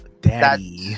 Daddy